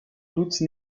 doute